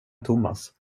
thomas